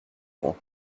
point